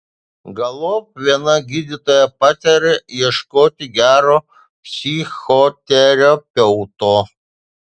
galop viena gydytoja patarė ieškoti gero psichoterapeuto